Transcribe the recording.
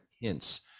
hints